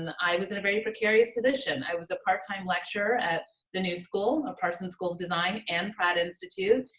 and i was in a very precarious position. i was a part time lecturer at the new school and parsons school of design, an pratt institute,